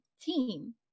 team